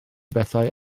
bethau